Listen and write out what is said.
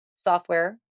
Software